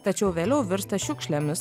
tačiau vėliau virsta šiukšlėmis